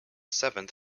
seventh